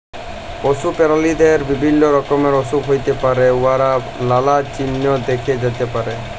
পশু পেরালিদের বিভিল্য রকমের অসুখ হ্যইতে পারে উয়ার লালা চিল্হ দ্যাখা যাতে পারে